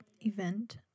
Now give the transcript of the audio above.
event